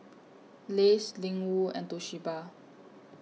Lays Ling Wu and Toshiba